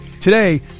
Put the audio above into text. Today